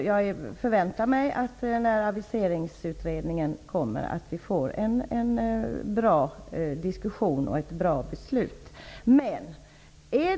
Jag förväntar mig att vi när Aviseringsutredningen lämnat sitt betänkande får en bra diskussion och att ett bra beslut fattas.